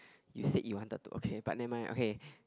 you said you wanted to okay but never mind okay